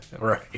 Right